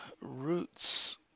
Roots